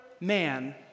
man